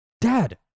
Dad